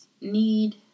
need